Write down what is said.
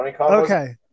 okay